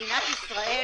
מדינת ישראל